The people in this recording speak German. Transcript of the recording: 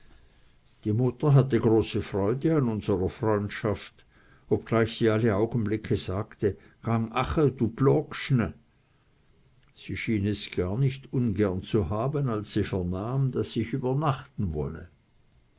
die mutter hatte große freude an unserer freundschaft obgleich sie alle augenblicke sagte gang ache du plogst ne sie schien es gar nicht ungern zu haben als sie vernahm daß ich übernachten wolle